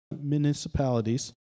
municipalities